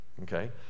okay